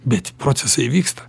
bet procesai vyksta